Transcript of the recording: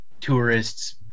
tourists